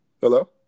Hello